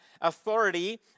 authority